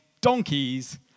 donkeys